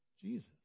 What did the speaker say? Jesus